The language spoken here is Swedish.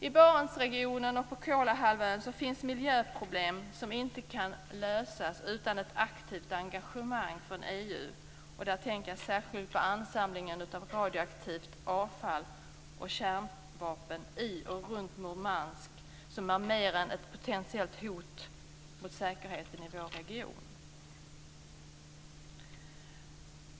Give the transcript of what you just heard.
I Barentsregionen och på Kolahalvön finns miljöproblem som inte kan lösas utan ett aktivt engagemang från EU. Jag tänker särskilt på ansamlingen av radioaktivt avfall och kärnvapen i och runt Murmansk som är mer än ett potentiellt hot mot säkerheten i vår region.